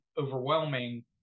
overwhelming